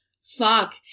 Fuck